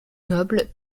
nobles